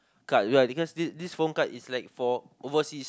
card ya because this this phone card is like for overseas